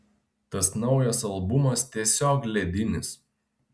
tas naujas albumas tiesiog ledinis